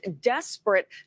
desperate